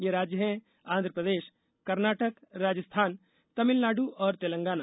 ये राज्य हैं आंध्र प्रदेश कर्नाटक राजस्थान तमिलनाडु और तेलंगाना